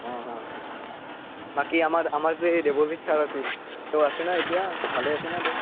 অঁ অঁ বাকী আমাৰ আমাৰ যে দেৱজিত ছাৰ আছিল তেওঁ আছে না এতিয়া ভালেই আছে নে তেওঁ